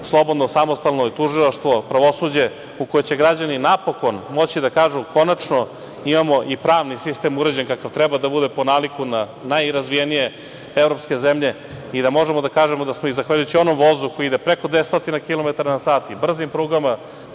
slobodno, samostalno tužilaštvo, pravosuđe, u koje će građani, napokon moći da kažu – konačno imamo i pravni sistem uređen kakav treba, da bude nalik na najrazvijenije evropske zemlje i da možemo da kažemo da smo i zahvaljujući onom vozu koji ide preko 200 kilometara na sat i brzim prugama,